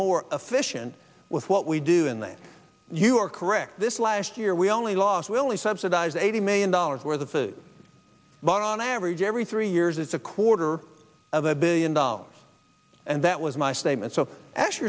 more efficient with what we do in that you are correct this last year we only lost we only subsidize eighty million dollars worth of food bought on average every three years it's a quarter of a billion dollars and that was my statement so a